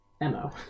MO